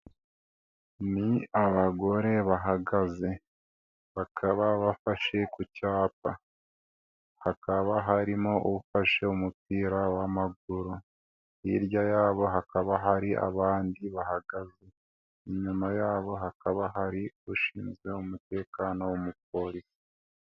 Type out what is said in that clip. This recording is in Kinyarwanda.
Ni abagore bahagaze bakaba bafashe ku cyapa, hakaba harimo ufashe umupira w'amaguru, hirya yabo hakaba hari abandi bahagaze inyuma yabo, hakaba hari ushinzwe umutekano w'umupolisi.